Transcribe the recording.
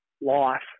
life